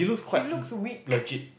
he looks weak